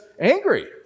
angry